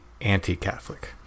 anti-Catholic